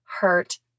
hurt